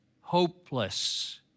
hopeless